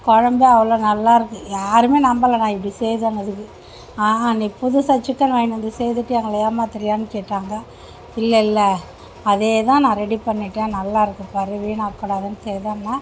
குழம்பு அவ்வளோ நல்லாயிருக்கு யாருமே நம்பலை நான் இப்படி செய்தேன்னதுக்கு நீ புதுசாக சிக்கன் வாங்கின்னு வந்து செய்துவிட்டு எங்களை ஏமாத்துகிறியானு கேட்டாங்க இல்லை இல்லை அதே தான் நான் ரெடி பண்ணிவிட்டேன் நல்லாயிருக்கு பாரு வீணாக்கக் கூடாதுன்னு செய்தோம்னால்